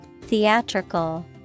Theatrical